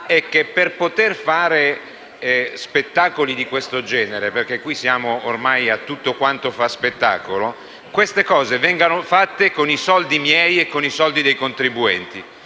è che, per poter fare spettacoli di questo genere (ormai tutto quanto fa spettacolo), queste cose vengano fatte con i soldi miei e dei contribuenti.